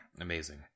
Amazing